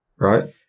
right